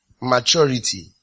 maturity